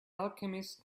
alchemist